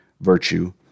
virtue